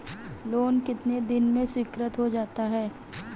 Loan कितने दिन में स्वीकृत हो जाता है?